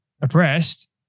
oppressed